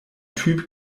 typ